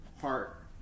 heart